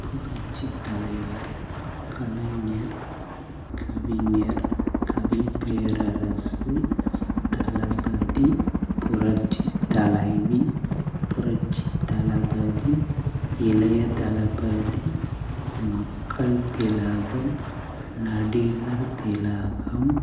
புரட்சித்தலைவர் கலைஞர் கவிஞர் கவிப்பேரரசு தளபதி புரட்சித்தலைவி புரட்சித்தளபதி இளைய தளபதி மக்கள் திலகம் நடிகர் திலகம்